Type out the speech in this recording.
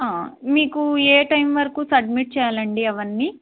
మీకు ఏ టైమ్ వరకు సబ్మిట్ చేయాలి అండి అవి అన్నీ